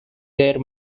their